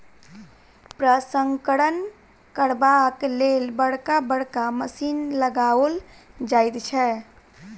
प्रसंस्करण करबाक लेल बड़का बड़का मशीन लगाओल जाइत छै